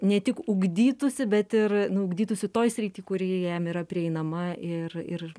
ne tik ugdytųsi bet ir nu ugdytųsi toj srity kuri jam yra prieinama ir ir